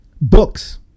books